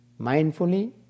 mindfully